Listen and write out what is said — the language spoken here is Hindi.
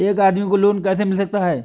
एक आदमी को लोन कैसे मिल सकता है?